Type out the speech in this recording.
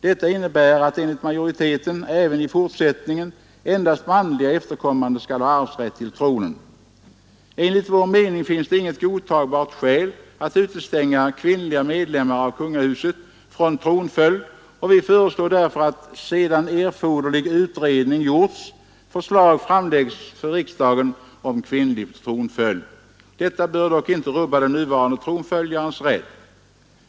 Majoriteten inom utskottet anser att endast manliga efterkommande även i fortsättningen skall ha arvsrätt till tronen. Enligt vår mening finns det inget godtagbart skäl för att utestänga kvinnliga medlemmar av kungahuset från tronföljd, och vi föreslår därför att, sedan erforderlig utredning gjorts, förslag framläggs för riksdagen om kvinnlig tronföljd. Detta bör dock inte rubba den nuvarande tronföljarens rätt.